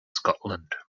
scotland